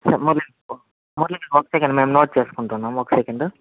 మురళీ మురళీ ఒక సెకండ్ మేము నోట్ చేసుకుంటున్నాము ఒక సెకండు